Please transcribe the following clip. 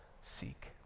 seek